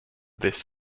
this